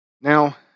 Now